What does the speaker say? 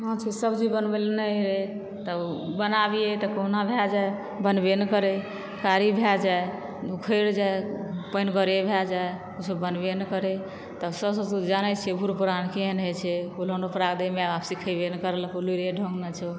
हँ छै सब्जी बनबय ले नहि होए तऽ बनाबीए तऽ कहुना भए जाइ बनबय नहि करै कारी भए जाइ नुखैर जाइ पइनगरे भए जाइ किछो बनबय नहि करय तब साउस सासुर जानै छियै बुढ़ पुरान केहन होइ छै उलहन उकर दय मे आब सीखे नहि करलौक कोनो लूइरे ढंग नहि छौ